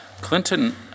Clinton